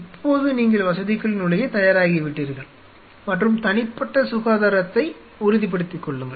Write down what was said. இப்போது நீங்கள் வசதிக்குள் நுழையத் தயாராகிவிட்டீர்கள் மற்றும் தனிப்பட்ட சுகாதாரத்தை உறுதிப்படுத்திக் கொள்ளுங்கள்